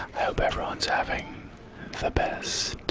hope everyone's having the best